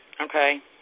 Okay